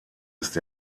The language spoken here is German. ist